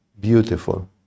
beautiful